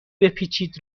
بپیچید